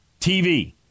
TV